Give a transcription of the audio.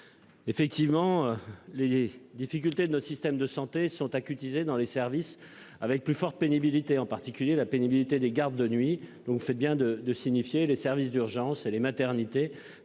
Effectivement, les difficultés de notre système de santé sont à qu'et dans les services avec plus forte pénibilité, en particulier la pénibilité des gardes de nuit. Donc vous faites bien de de signifier les services d'urgence et les maternités